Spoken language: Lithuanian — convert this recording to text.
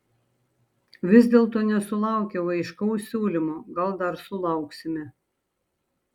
vis dėlto nesulaukiau aiškaus siūlymo gal dar sulauksime